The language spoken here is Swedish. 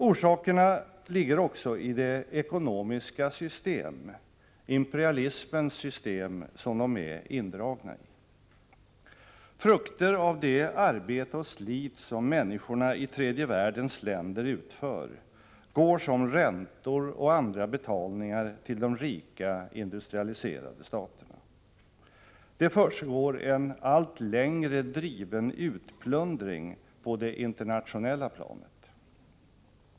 Orsakerna ligger också i det ekonomiska system, imperialismens system, som de är indragna i. Frukter av det arbete och slit, som människorna i tredje världens länder utför, går som räntor och andra betalningar till de rika industrialiserade staterna. Det försiggår en allt längre driven utplundring på det internationella planet.